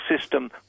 system